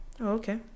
Okay